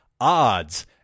odds